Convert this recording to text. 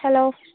hello